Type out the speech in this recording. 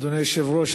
אדוני היושב-ראש,